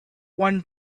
one